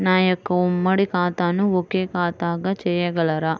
నా యొక్క ఉమ్మడి ఖాతాను ఒకే ఖాతాగా చేయగలరా?